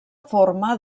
forma